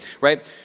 right